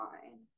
fine